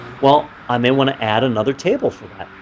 well, i may want to add another table for that.